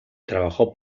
trabajó